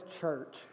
church